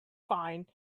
fine